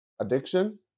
addiction